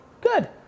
Good